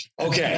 Okay